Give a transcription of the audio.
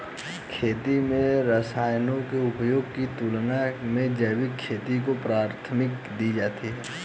खेती में रसायनों के उपयोग की तुलना में जैविक खेती को प्राथमिकता दी जाती है